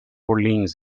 orleans